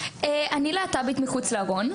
להט"בית מחוץ לארון,